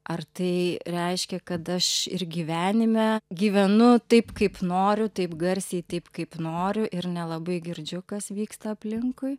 ar tai reiškia kad aš ir gyvenime gyvenu taip kaip noriu taip garsiai taip kaip noriu ir nelabai girdžiu kas vyksta aplinkui